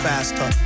faster